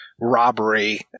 robbery